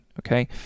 okay